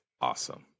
Awesome